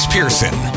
Pearson